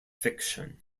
fiction